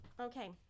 okay